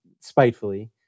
spitefully